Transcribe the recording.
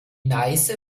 neiße